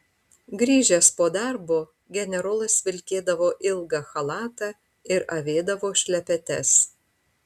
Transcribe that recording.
grįžęs po darbo generolas vilkėdavo ilgą chalatą ir avėdavo šlepetes